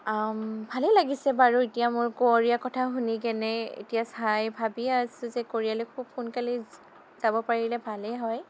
ভালে লাগিছে বাৰু এতিয়া মোৰ কোৰিয়াৰ কথা শুনিকেনে এতিয়া চাই ভাবিয়ে আছোঁ যে কোৰিয়ালে খুব সোনকালেই যাব পাৰিলে ভালেই হয়